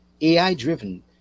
AI-driven